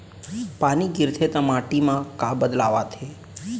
पानी गिरथे ता माटी मा का बदलाव आथे?